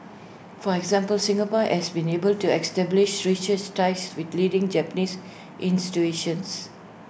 for example Singapore has been able to establish ties with leading Japanese